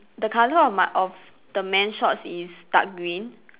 the colour of my of the man's shorts is dark green